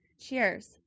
Cheers